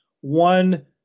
one